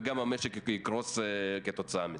וגם המשק יקרוס כתוצאה מזה.